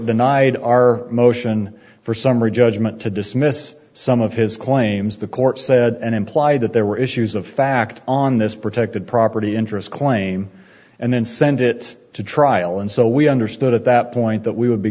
denied our motion for summary judgment to dismiss some of his claims the court said and implied that there were issues of fact on this protected property interest claim and then send it to trial and so we understood at that point that we would be